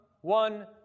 one